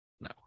no